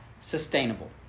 sustainable